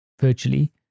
virtually